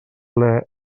ple